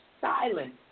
silence